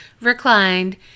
reclined